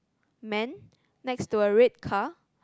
man next to a red car